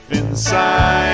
inside